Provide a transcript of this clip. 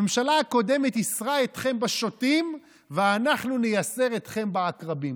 הממשלה הקודמת ייסרה אתכם בשוטים ואנחנו נייסר אתכם בעקרבים.